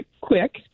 quick